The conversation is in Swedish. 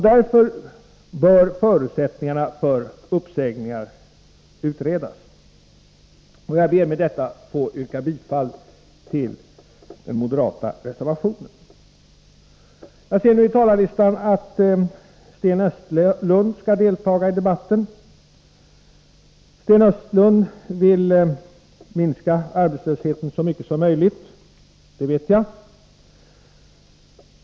Därför bör förutsättningarna för uppsägningar utredas, och jag ber med detta att få yrka bifall till den moderata reservationen. Jag ser på talarlistan att Sten Östlund skall delta i debatten. Sten Östlund vill minska arbetslösheten så mycket som möjligt — det vet jag.